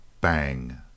Bang